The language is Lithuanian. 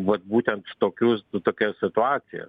vat būtent tokius tokias situacijas